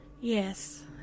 Yes